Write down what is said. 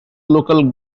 local